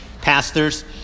pastors